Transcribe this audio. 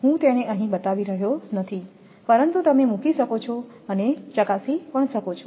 હું તેને અહીં બતાવી રહ્યો નથીપરંતુ તમે મૂકી શકો છો અને ચકાસી શકો છો